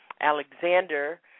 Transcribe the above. Alexander